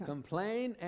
Complain